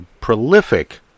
prolific